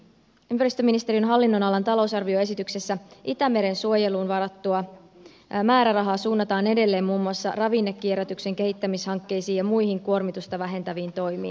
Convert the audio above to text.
ympäristöministeriön hallinnonalan talousarvioesityksessä itämeren suojeluun varattua määrärahaa suunnataan edelleen muun muassa ravinnekierrätyksen kehittämishankkeisiin ja muihin kuormitusta vähentäviin toimiin